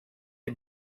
die